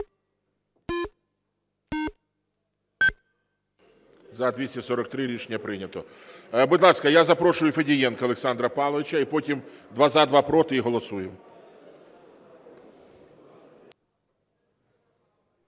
За-243 Рішення прийнято. Будь ласка, я запрошую Федієнка Олександра Павловича, і потім два – за, два – проти, і голосуємо.